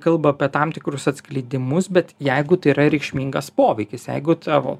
kalba apie tam tikrus atskleidimus bet jeigu tai yra reikšmingas poveikis jeigu tavo